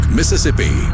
Mississippi